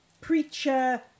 preacher